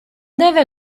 deve